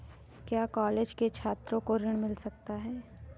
क्या कॉलेज के छात्रो को ऋण मिल सकता है?